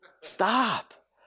Stop